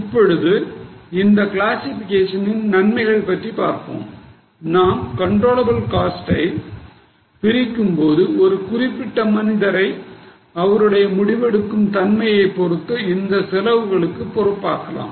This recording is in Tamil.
இப்பொழுது இந்த கிளாசிஃபிகேஷனின் நன்மைகள் பற்றி பார்ப்போம் நாம் controllable cost ஐ பிரிக்கும்போது ஒரு குறிப்பிட்ட மனிதரை அவருடைய முடிவெடுக்கும் தன்மையைப் பொறுத்து இந்த செலவுகளுக்குப் பொறுப்பாக்கலாம்